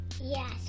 Yes